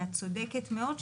ואת צודקת מאוד.